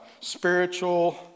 spiritual